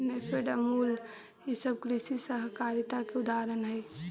नेफेड, अमूल ई सब कृषि सहकारिता के उदाहरण हई